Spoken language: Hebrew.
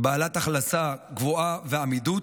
בעלת הכנסה גבוהה ועמידות,